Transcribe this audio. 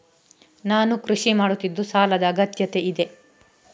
ನಾನು ಕೃಷಿ ಮಾಡುತ್ತಿದ್ದು ಸಾಲದ ಅಗತ್ಯತೆ ಇದೆ?